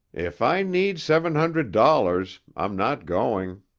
if i need seven hundred dollars, i'm not going.